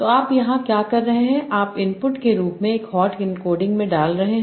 तो आप यहाँ क्या कर रहे हैं आप इनपुट के रूप में एक हॉट एन्कोडिंग में डाल रहे हैं